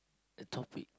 the topic